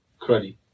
cruddy